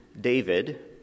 David